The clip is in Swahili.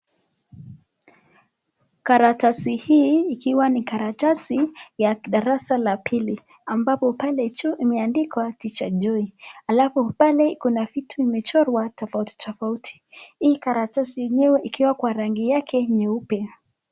Karatasi hii ikiwa ni karatasi ya darasa la pili ambapo pale juu imeandikwa picha juu alafu pale kuna vitu imechorwa tafauti tafauti, hii karatasi enyewe ikiwa kwa rangi yake nyeupe.